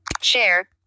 Share